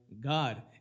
God